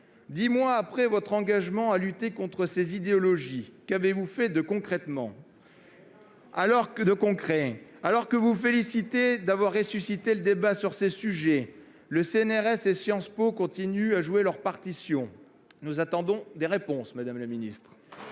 dix mois après votre engagement à lutter contre ces idéologies, qu'avez-vous fait de concret ? Rien ! Alors que vous vous félicitez d'avoir ressuscité le débat sur ces sujets, le CNRS et Sciences Po continuent à jouer leur partition. Nous attendons des réponses, madame la ministre.